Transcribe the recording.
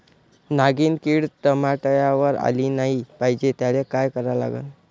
नागिन किड टमाट्यावर आली नाही पाहिजे त्याले काय करा लागन?